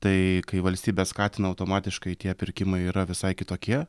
tai kai valstybė skatina automatiškai tie pirkimai yra visai kitokie